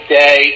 day